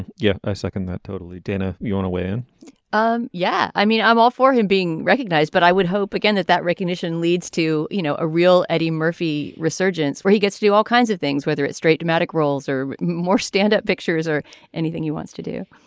and yeah i second that totally dana. you want to weigh in um yeah i mean i'm all for him being recognized but i would hope again that that recognition leads to you know a real eddie murphy resurgence where he gets to do all kinds of things whether it's straight dramatic roles or more standup pictures or anything he wants to do